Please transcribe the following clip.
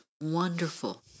wonderful